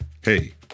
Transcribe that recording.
hey